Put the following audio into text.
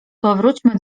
powróćmy